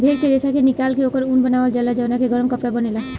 भेड़ के रेशा के निकाल के ओकर ऊन बनावल जाला जवना के गरम कपड़ा बनेला